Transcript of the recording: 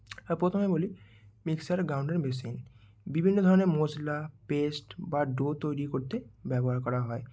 আর প্রথমে বলি mixer grinder machine বিভিন্ন ধরনের মশলা পেস্ট বা ডো তৈরি করতে ব্যবহার করা হয়